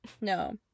No